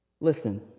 Listen